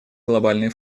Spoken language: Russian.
глобальный